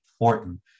important